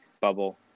bubble